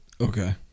Okay